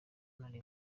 ntari